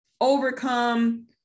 overcome